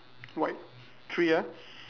white three ah